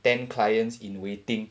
ten clients in waiting